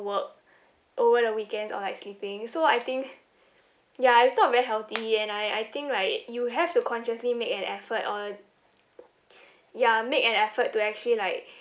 work over the weekends or like sleeping so I think ya it's not very healthy and I I think like you have to consciously make an effort or ya make an effort to actually like